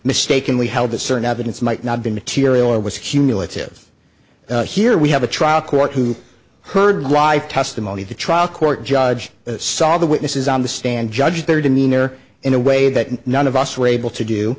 mistakenly held that certain evidence might not be material or was cumulative here we have a trial court who heard live testimony at the trial court judge saw the witnesses on the stand judge their demeanor in a way that none of us were able to do